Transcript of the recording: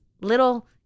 little